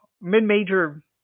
mid-major –